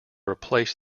replace